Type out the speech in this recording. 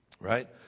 right